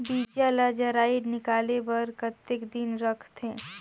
बीजा ला जराई निकाले बार कतेक दिन रखथे?